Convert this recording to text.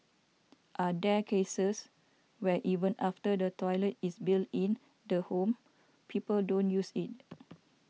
are there cases where even after the toilet is built in the home people don't use it